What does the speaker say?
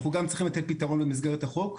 אנחנו גם צריכים לתת פתרון במסגרת החוק.